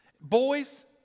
boys